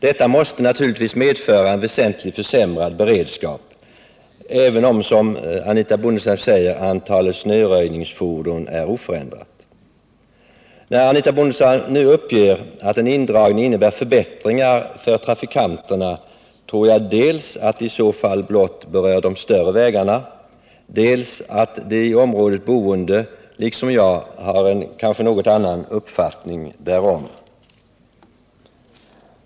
Detta måste naturligtvis medföra en väsentligt försämrad beredskap, även om, som Anitha Bondestam säger, antalet snöröjningsfordon är oförändrat. När Anitha Bondestam nu uppger att en indragning innebär förbättringar för trafikanterna, tror jag dels att detta i så fall blott berör de större vägarna, dels att de i området boende liksom jag har en kanske något annan uppfattning därom.